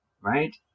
right